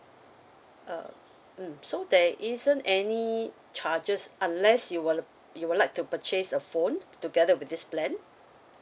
uh mm so there isn't any charges unless you would you would like to purchase a phone together with this plan